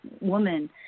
woman